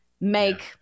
make